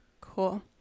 Cool